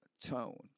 tone